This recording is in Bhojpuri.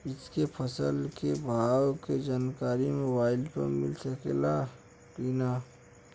हमके फसल के भाव के जानकारी मोबाइल पर मिल सकेला की ना?